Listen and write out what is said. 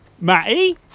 Matty